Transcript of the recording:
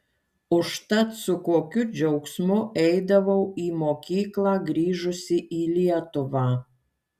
užtat su kokiu džiaugsmu eidavau į mokyklą grįžusi į lietuvą